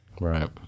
Right